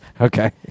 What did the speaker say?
Okay